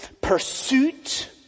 pursuit